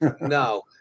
No